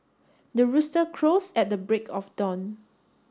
the rooster crows at the break of dawn